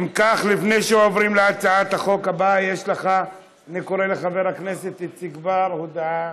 לפני שעוברים להצעת החוק הבאה אני קורא לחבר הכנסת חיליק בר להודעה.